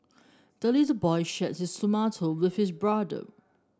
the little boy shared his tomato with his brother